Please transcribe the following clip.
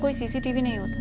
so cctv near